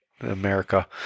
America